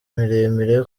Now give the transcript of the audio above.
miremire